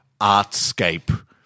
artscape